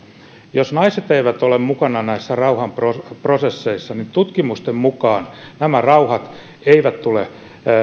jos naiset eivät ole mukana näissä rauhanprosesseissa niin tutkimusten mukaan nämä rauhat eivät tule